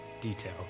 detail